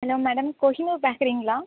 hello madam Kohinoor பேக்கரிங்களா